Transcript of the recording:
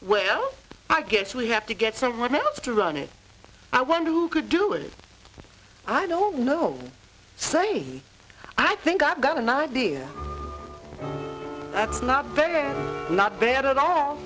well i guess we have to get someone else to run it i wonder who could do it i don't know saying i think i've got an idea that's not not bad at all